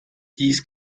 dies